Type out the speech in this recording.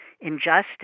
injustice